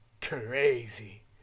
Crazy